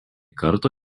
karto